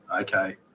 okay